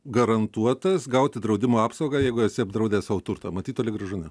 garantuotas gauti draudimo apsaugą jeigu esi apdraudęs savo turtą matyt toli gražu ne